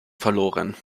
verloren